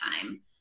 time